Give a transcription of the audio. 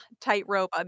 tightrope